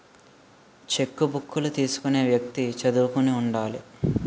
చెక్కుబుక్కులు తీసుకునే వ్యక్తి చదువుకుని ఉండాలి